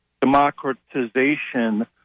democratization